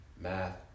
math